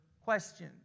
question